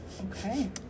okay